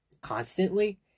constantly